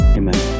amen